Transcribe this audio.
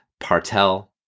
Partel